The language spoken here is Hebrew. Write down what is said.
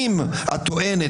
אם את טוענת,